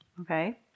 Okay